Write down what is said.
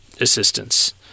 assistance